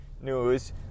news